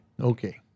Okay